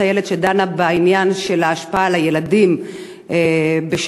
שדנה בעניין של ההשפעה על הילדים של בעיית